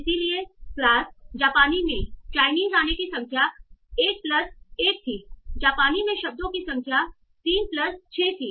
इसलिए क्लास जापानी में चाइनीस आने की संख्या एक प्लस 1 थीजापानी में शब्दों की संख्या 3 प्लस 6 थी